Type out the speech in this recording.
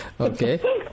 okay